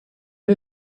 est